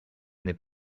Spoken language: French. n’est